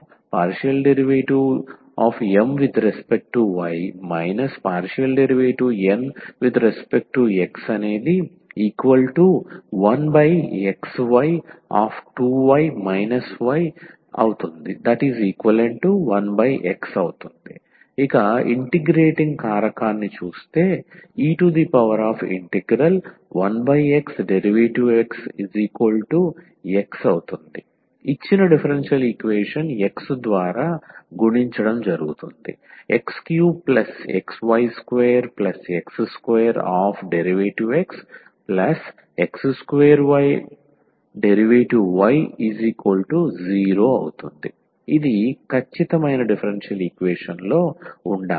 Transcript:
1N∂M∂y ∂N∂x1xy2y y1x integrating కారకం e1xdxx ఇచ్చిన differential equation x ద్వారా గుణించడం x3xy2x2dxx2ydy0 ఇది ఖచ్చితమైన డిఫరెన్షియల్ ఈక్వేషన్ లో ఉండాలి